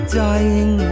dying